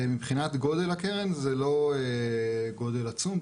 מבחינת גודל הקרן זה לא גודל עצום,